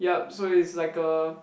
yup so is like a